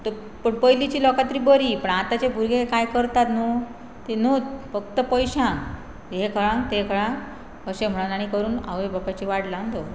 पूण पयलींची लोक तरी बरी पण आतांचे भुरगे कांय करतात न्हू ते न्हूत फक्त पयशांक हें कळक तें कळक अशें म्हणन आनी करून आवय बापाची वाटच लावन दवरतात